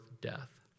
death